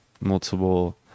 multiple